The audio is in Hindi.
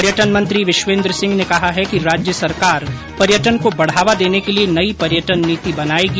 पर्यटन मंत्री विश्वेन्द्र सिंह ने कहा है कि राज्य सरकार पर्यटन को बढ़ावा देने के लिए नई पर्यटन नीति बनाएगी